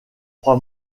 trois